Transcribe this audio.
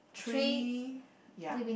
three yeah